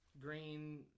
green